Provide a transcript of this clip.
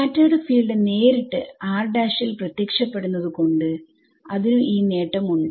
scattered field നേരിട്ട് ൽ പ്രത്യക്ഷപ്പെടുന്നത് കൊണ്ട് അതിനു ഈ നേട്ടം ഉണ്ട്